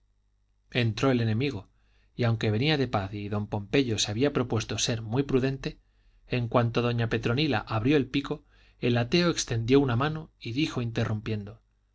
entró el enemigo y aunque venía de paz y don pompeyo se había propuesto ser muy prudente en cuanto doña petronila abrió el pico el ateo extendió una mano y dijo interrumpiendo